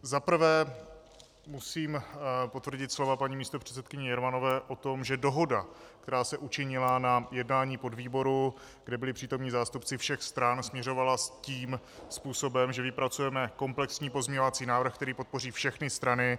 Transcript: Za prvé musím potvrdit slova paní místopředsedkyně Jermanové o tom, že dohoda, která se učinila na jednání podvýboru, kde byli přítomni zástupci všech stran, směřovala tím způsobem, že vypracujeme komplexní pozměňovací návrh, který podpoří všechny strany.